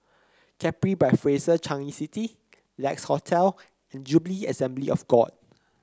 Capri by Fraser Changi City Lex Hotel and Jubilee Assembly of God